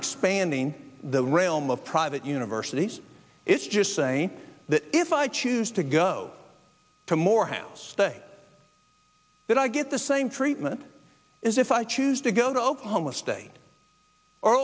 expanding the realm of private universities it's just saying that if i choose to go to morehouse that i get the same treatment is if i choose to go to oklahoma state